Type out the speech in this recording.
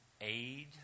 aid